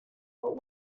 but